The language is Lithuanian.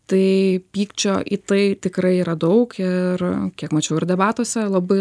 tai pykčio į tai tikrai yra daug ir kiek mačiau ir debatuose labai